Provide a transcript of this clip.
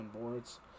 boards